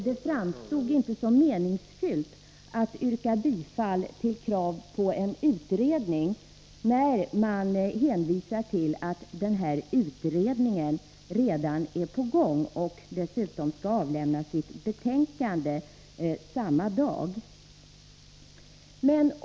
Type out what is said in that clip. Det framstod inte som meningsfullt att yrka bifall till krav på en utredning när det redan fanns en utredning, som dessutom skulle avlämna sitt betänkande samma dag som frågan behandlades.